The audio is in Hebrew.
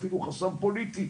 אפילו חסם פוליטי,